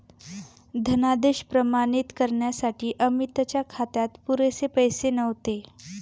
धनादेश प्रमाणित करण्यासाठी अमितच्या खात्यात पुरेसे पैसे नव्हते